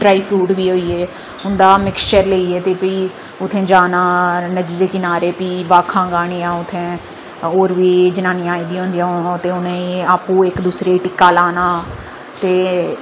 dry fruit बी होई गे उं'दा मिक्चर लेइयै भी उत्थै जाना नदी दे किनारे भी भाखां गानियां उत्थै होर बी जनानियां आई दियां होंदियां उ'नें आपूं इक दूसरे ई टिक्का लाना ते